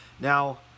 now